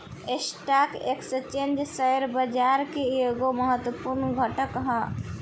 stock exchange share बाजार के एगो महत्वपूर्ण घटक ह